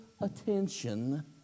attention